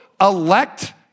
elect